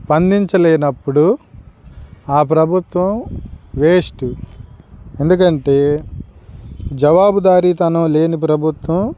స్పందించలేనప్పుడు ఆ ప్రభుత్వం వేస్ట్ ఎందుకంటే జవాబుదారితనం లేని ప్రభుత్వం